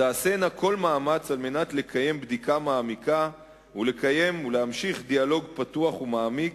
תעשינה כל מאמץ על מנת לקיים בדיקה מעמיקה ולהמשיך דיאלוג פתוח ומעמיק,